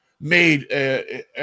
made